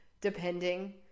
depending